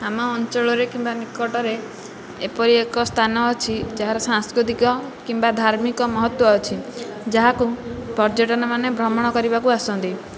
ଆମ ଅଞ୍ଚଳରେ କିମ୍ବା ନିକଟରେ ଏପରି ଏକ ସ୍ଥାନ ଅଛି ଯାହାର ସାଂସ୍କୃତିକ କିମ୍ବା ଧାର୍ମିକ ମହତ୍ତ୍ୱ ଅଛି ଯାହାକୁ ପର୍ଯ୍ୟଟକମାନେ ଭ୍ରମଣ କରିବାକୁ ଆସନ୍ତି